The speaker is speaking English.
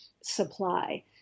supply